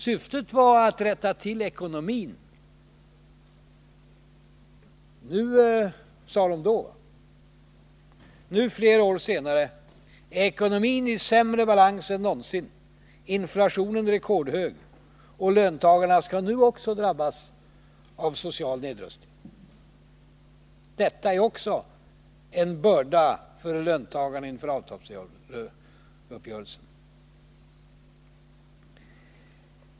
Syftet var att rätta till ekonomin, sade man då. Nu, flera år senare, är ekonomin i sämre balans än någonsin, inflationen rekordhög och löntagarna skall nu också drabbas av social nedrustning. Detta är också en börda för löntagarna inför avtalsrörelsen.